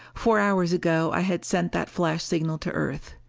four hours ago i had sent that flash signal to earth.